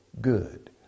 good